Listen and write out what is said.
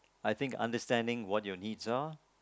I think understanding what your needs are